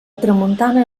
tramuntana